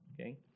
okay